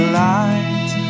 light